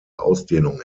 ausdehnung